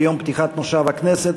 ביום פתיחת הכנסת,